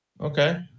Okay